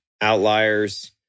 Outliers